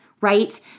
right